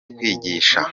kwigisha